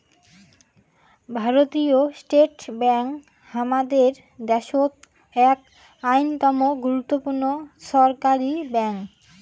ভারতীয় state bank হামাদের দ্যাশোত এক অইন্যতম গুরুত্বপূর্ণ ছরকারি ব্যাঙ্ক